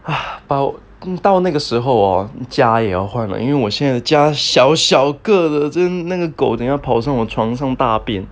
but 到那个时候啊家也要换了因为我现家小小个那个狗等一下跑上我床上大便